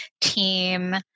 team